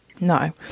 No